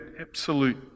absolute